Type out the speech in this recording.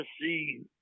see